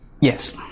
Yes